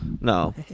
No